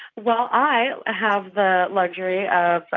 well, i have the luxury of